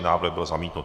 Návrh byl zamítnut.